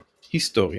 היסטוריה